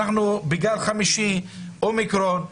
אנחנו בגל חמישי, אומיקרון,